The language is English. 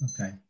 Okay